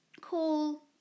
cool